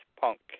Punk